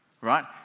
right